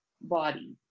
body